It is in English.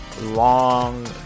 long